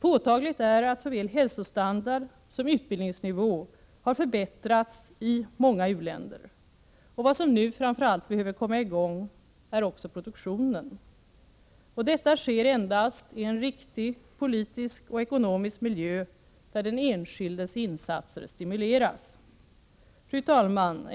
Påtagligt är att såväl hälsostandard som utbildningsnivå har förbättrats i många u-länder. Vad som nu framför allt behöver komma i gång är produktionen. Och detta sker endast i en riktig politisk och ekonomisk miljö, där den enskildes insatser stimuleras. Fru talman!